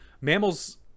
Mammals